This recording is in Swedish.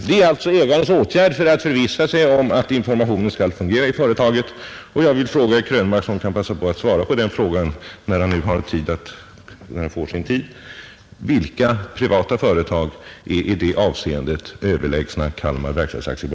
Detta är ägarens åtgärd för att förvissa sig om att informationen skall fungera i företaget. Jag vill fråga herr Krönmark, som kan passa på att svara när han får sin replik: Vilka privata företag är i det avseendet överlägsna Kalmar verkstads AB?